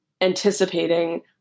anticipating